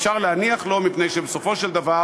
אפשר להניח לו, מפני שבסופו של דבר